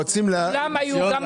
כולם היו נגד האישור,